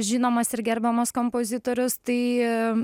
žinomas ir gerbiamas kompozitorius tai